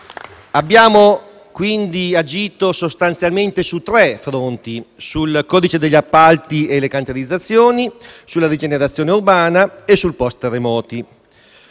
Abbiamo quindi agito sostanzialmente su tre fronti: sul codice degli appalti e le cantierizzazioni, sulla rigenerazione urbana e sul post-terremoti.